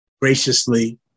graciously